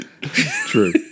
true